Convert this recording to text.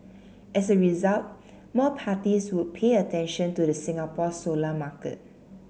as a result more parties would pay attention to the Singapore solar market